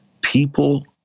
people